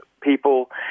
people